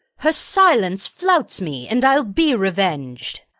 her silence flouts me, and i'll be reveng'd.